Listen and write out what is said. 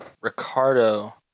Ricardo